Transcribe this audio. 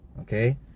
okay